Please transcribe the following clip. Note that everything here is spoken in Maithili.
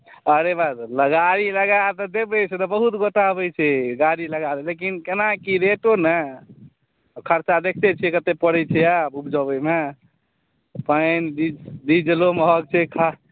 अरे भाई लगाड़ी लगा तऽ देबै से तऽ बहुत गोटा अबैत छै लगाड़ी लगा देबै से केनाकि रेटो ने खर्चा देखिते छियै कतेक की पड़ैत छै आब उपजबयमे पानि डीजल डीजलो महग छै खाद